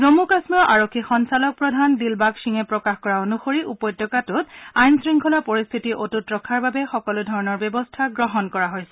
জন্মু কাশ্মীৰৰ আৰক্ষী সঞ্চালক প্ৰধান দিলবাগ সিঙে প্ৰকাশ কৰা অনুসৰি উপত্যকাটোত আইন শৃংখলা পৰিস্থিতি অট্টত ৰখাৰ বাবে সকলো ধৰণৰ ব্যৱস্থা গ্ৰহণ কৰা হৈছে